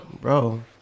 Bro